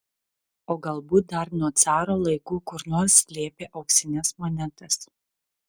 o galbūt dar nuo caro laikų kur nors slėpė auksines monetas